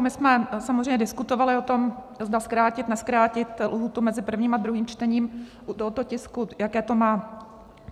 My jsme samozřejmě diskutovali o tom, zda zkrátit, nebo nezkrátit lhůtu mezi prvním a druhým čtením u tohoto tisku, jaké to má